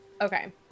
Okay